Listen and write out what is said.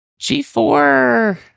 G4